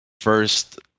first